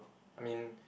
I mean